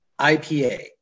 IPA